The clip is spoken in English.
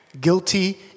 guilty